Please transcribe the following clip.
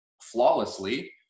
flawlessly